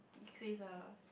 it says lah